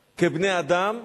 כבני-אדם,